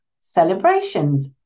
celebrations